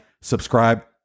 subscribe